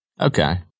Okay